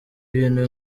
ibintu